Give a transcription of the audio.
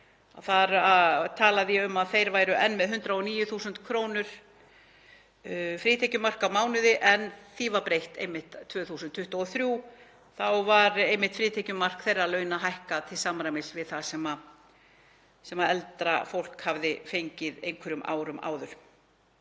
Þar talaði ég um að þeir væru enn með 109.000 kr. frítekjumark á mánuði en því var breytt einmitt 2023. Þá var frítekjumark þeirra launa hækkað til samræmis við það sem eldra fólk hafði fengið einhverjum árum áður.